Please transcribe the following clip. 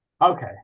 Okay